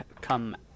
come